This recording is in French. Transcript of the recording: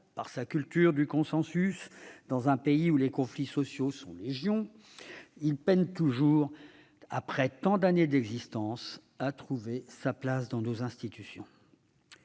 par sa culture du consensus, dans un pays où les conflits sociaux sont légion, il peine toujours, après tant d'années d'existence, à trouver sa place dans les institutions.